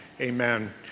Amen